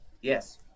Yes